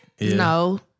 No